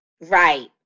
Right